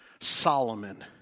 Solomon